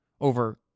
over